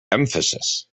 emphasis